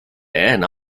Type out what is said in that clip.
and